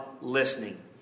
listening